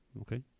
Okay